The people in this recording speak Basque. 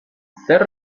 zer